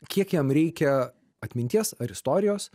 kiek jam reikia atminties ar istorijos